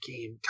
game